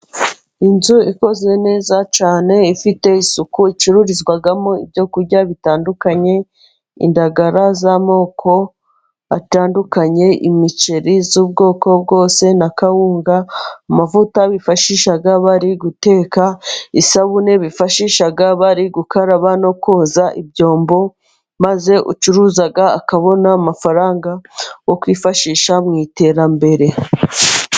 Inzu ikoze neza cyane, ifite isuku icururizwamo ibyo kurya bitandukanye, indagara z'amoko atandukanye, imiceri y'ubwoko bwose, na kawunga, amavuta bifashisha bari guteka, isabune bifashisha bari gukaraba no koza ibyombo, maze ucuruza akabona amafaranga yokwifashisha mu iterambere.